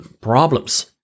problems